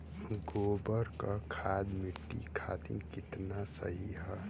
गोबर क खाद्य मट्टी खातिन कितना सही ह?